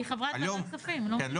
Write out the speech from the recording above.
אני חברת ועדת כספים --- מה